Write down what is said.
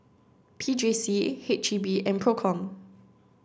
P J C H E B and PROCOM